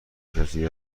کسی